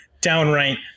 downright